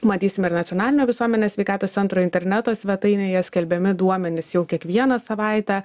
matysime ir nacionalinio visuomenės sveikatos centro interneto svetainėje skelbiami duomenys jau kiekvieną savaitę